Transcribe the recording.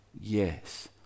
Yes